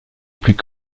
plus